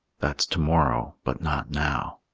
that's to-morrow, but not now.